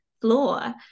floor